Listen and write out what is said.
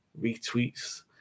retweets